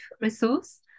resource